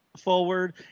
forward